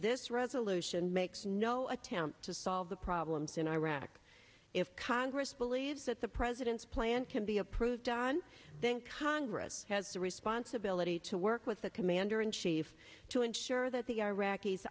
this resolution makes no attempt to solve the problems in iraq if congress believes that the president's plan can be approved on then congress has the responsibility to work with the commander in chief to ensure that the iraqis